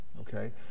Okay